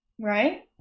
Right